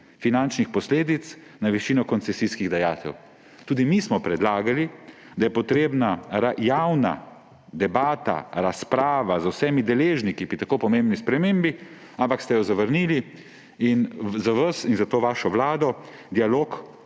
finančnih posledic na višino koncesijskih dajatev.« Tudi mi smo predlagali, da je potrebna javna debata, razprava z vsemi deležniki pri tako pomembni spremembi, ampak ste jo zavrnili; in za vas in za to vašo vlado dialog